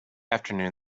afternoon